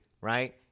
right